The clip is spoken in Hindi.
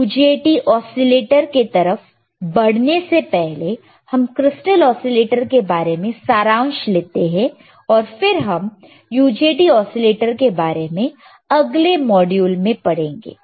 UJT ओसीलेटर के तरफ बढ़ने से पहले हम क्रिस्टल ओसीलेटर के बारे में सारांश लेते हैं और फिर हम UJT ओसीलेटर के बारे में अगले मॉड्यूल में पढ़ेंगे